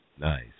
Nice